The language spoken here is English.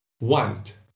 want